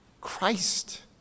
Christ